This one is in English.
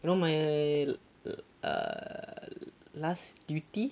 you know my err last duty